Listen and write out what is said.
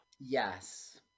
Yes